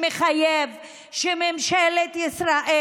שמחייב שממשלת ישראל,